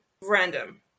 random